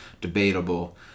debatable